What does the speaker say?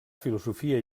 filosofia